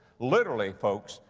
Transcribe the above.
literally folks,